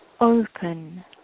open